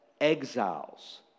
exiles